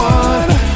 one